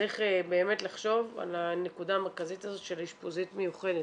צריך באמת לחשוב על הנקודה המרכזית הזאת של אשפוזית מיוחדת.